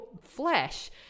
flesh